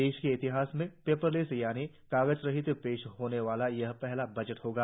देश के इतिहास में पेपरलेस यानी कागज रहित पेश होने वाला यह पहला बजट होगा